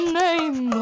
name